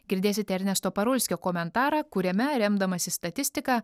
girdėsite ernesto parulskio komentarą kuriame remdamasis statistika